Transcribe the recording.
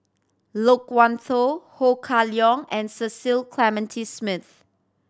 Loke Wan Tho Ho Kah Leong and Cecil Clementi Smith